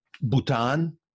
Bhutan